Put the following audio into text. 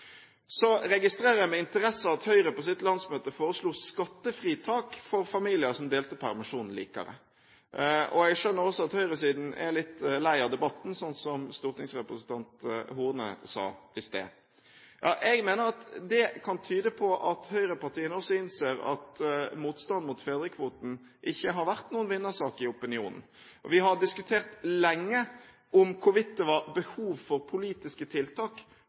Så registrerer jeg med interesse at Høyre på sitt landsmøte foreslo skattefritak for familier som delte permisjonen likere. Jeg skjønner også at høyresiden er litt lei av debatten, slik som stortingsrepresentant Horne sa i sted. Jeg mener at det kan tyde på at høyrepartiene også innser at motstand mot fedrekvoten ikke har vært noen vinnersak i opinionen. Vi har diskutert lenge om hvorvidt det var behov for politiske tiltak